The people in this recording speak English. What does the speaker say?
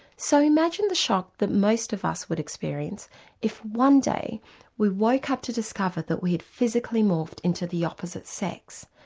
so imagine the shock that most of us would experience if one day we woke up to discover that we had physically morphed into the opposite sex,